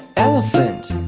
elephant